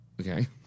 Okay